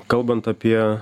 kalbant apie